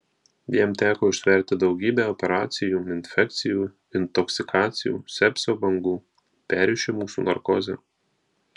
jam teko ištverti daugybę operacijų infekcijų intoksikacijų sepsio bangų perrišimų su narkoze